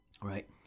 Right